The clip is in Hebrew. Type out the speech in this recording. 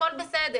הכול בסדר.